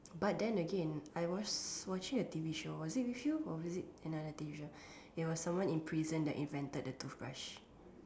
but then again I was watching a T_V show was it with you or was it another T_V show it was someone in prison that invented the toothbrush